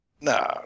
No